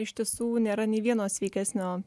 iš tiesų nėra nei vieno sveikesnio